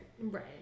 right